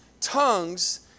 tongues